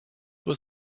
was